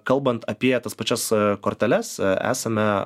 kalbant apie tas pačias korteles esame